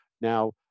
Now